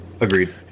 Agreed